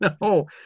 No